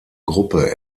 gruppe